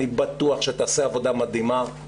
אני בטוח שתעשה עבודה מדהימה.